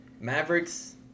Mavericks